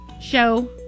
show